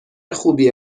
خوبیه